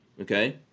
Okay